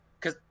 cause